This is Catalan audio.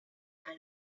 als